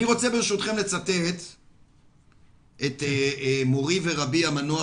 אני רוצה ברשותכם לצטט את מורי ורבי המנוח,